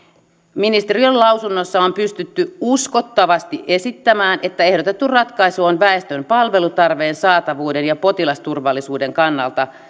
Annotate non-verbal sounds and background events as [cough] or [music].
ministeriön lausunnossa on pystytty uskottavasti esittämään että ehdotettu ratkaisu on väestön palvelutarpeen saavutettavuuden ja potilasturvallisuuden kannalta [unintelligible]